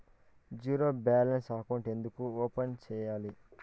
zero balance అకౌంట్లు ఎందుకు open సేయాలి